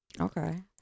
Okay